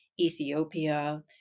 Ethiopia